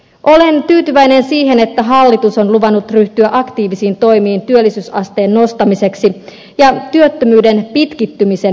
olen tyytyväinen siihen että hallitus on luvannut ryhtyä aktiivisiin toimiin työllisyysasteen nostamiseksi ja työttömyyden pitkittymisen ehkäisemiseksi